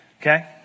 okay